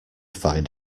find